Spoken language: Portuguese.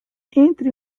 entre